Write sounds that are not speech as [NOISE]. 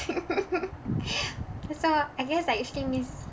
[LAUGHS] so I guess I actually miss